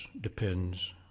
depends